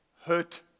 hurt